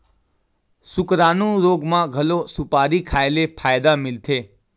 सुकरानू रोग म घलो सुपारी खाए ले फायदा मिलथे